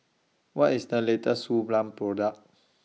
What IS The latest Suu Balm Product